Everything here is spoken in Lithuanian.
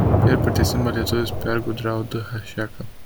per pratęsimą lietuvis pergudravo d hašeką